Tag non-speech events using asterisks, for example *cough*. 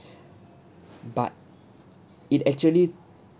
*breath* but it actually